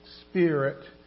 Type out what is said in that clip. spirit